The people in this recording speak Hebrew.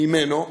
ממנו,